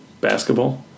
Basketball